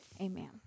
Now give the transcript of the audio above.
Amen